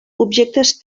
objectes